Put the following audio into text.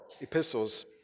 epistles